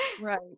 Right